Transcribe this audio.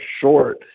short